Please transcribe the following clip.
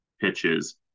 pitches